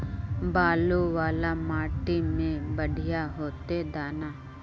बालू वाला माटी में बढ़िया होते दाना?